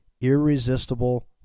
Irresistible